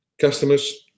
customers